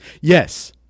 Yes